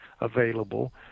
available